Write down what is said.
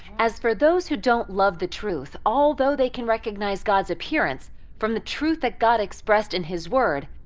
as for those who don't love the truth, although they can recognize god's appearance from the truth that god expressed in his word,